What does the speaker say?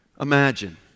imagine